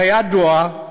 כידוע,